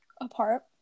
apart